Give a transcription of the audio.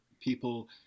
people